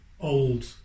Old